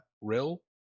Rill